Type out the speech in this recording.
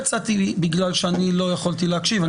יצאתי בגלל שלא יכולתי להקשיב.